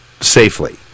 safely